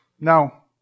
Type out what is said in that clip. Now